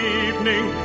evening